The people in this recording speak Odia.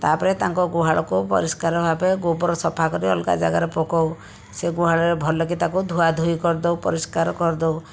ତା'ପରେ ତାଙ୍କ ଗୁହାଳକୁ ପରିଷ୍କାର ଭାବେ ଗୋବର ସଫା କରି ଅଲଗା ଜାଗାରେ ପକାଉ ସେ ଗୁହାଳରେ ଭଲକି ତାକୁ ଧୁଆ ଧୁଇ କରିଦେଉ ପରିଷ୍କାର କରିଦେଉ